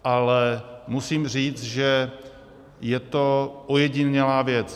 Ale musím říct, že je to ojedinělá věc.